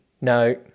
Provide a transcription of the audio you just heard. no